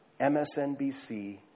MSNBC